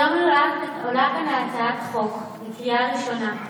היום עולה כאן הצעת חוק לקריאה ראשונה,